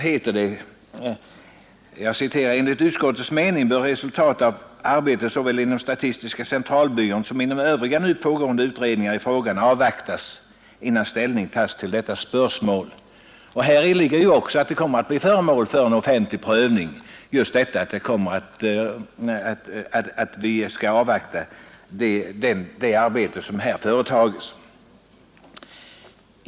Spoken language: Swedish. Det heter där: ”Enligt utskottets mening bör resultatet av arbetet såväl inom statistiska centralbyrån som inom övriga nu pågående utredningar i frågan avvaktas innan ställning tas till detta spörsmål.” Det förhållandet att resultatet av detta arbete skall avvaktas bör väl också innebära att det kommer att bli föremål för offentlig prövning.